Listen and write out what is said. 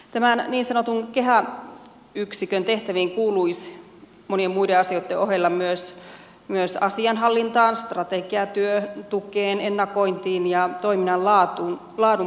tämän niin sanotun keha yksikön tehtäviin kuuluisi monien muiden asioitten ohella myös asianhallintaan strategiatyön tukeen ennakointiin ja toiminnan laadun parantamiseen liittyvät tehtäväkokonaisuudet